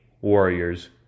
Warriors